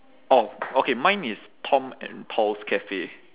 orh okay mine is tom and paul's cafe